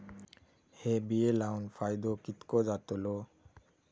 हे बिये लाऊन फायदो कितको जातलो?